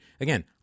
Again